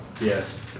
Yes